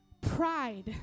Pride